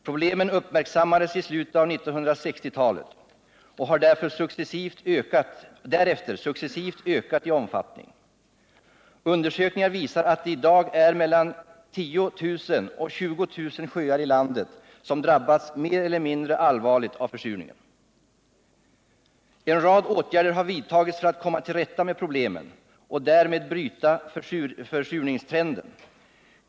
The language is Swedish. Problemen uppmärksammades i slutet av 1960-talet och har därefter successivt ökat i omfattning. Undersökningar visar att det i dag är mellan 10000 och 20000 sjöar i landet som drabbats mer eller mindre allvarligt av försurningen. En rad åtgärder har vidtagits för att komma till rätta med problemen och därmed bryta försurningstrenden.